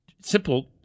simple